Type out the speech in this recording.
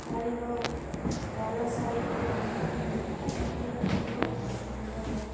ଶାଢ଼ୀର ତଲ ସାଇଡ୍ର ଚିତ୍ର ବି ବହୁତ ସୁନ୍ଦର